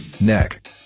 Neck